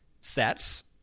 sets